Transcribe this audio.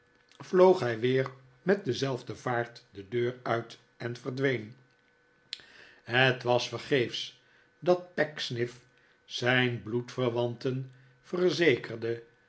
vloog hij weer met dezelfde vaart de deur uit en verdween het was vergeefs dat pecksniff zijn bloedverwanten verzekerde